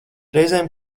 reizēm